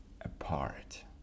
apart